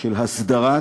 של הסדרת